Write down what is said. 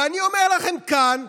ואני אומר לכם כאן,